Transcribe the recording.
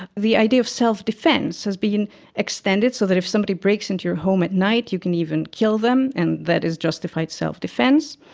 the idea of self-defence has been extended, so that if suddenly breaks into your home at night you can even kill them and that is justified self-defence.